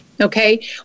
okay